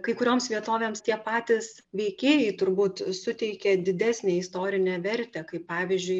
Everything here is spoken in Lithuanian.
kai kurioms vietovėms tie patys veikėjai turbūt suteikė didesnę istorinę vertę kaip pavyzdžiui